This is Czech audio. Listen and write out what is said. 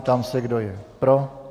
Ptám se, kdo je pro.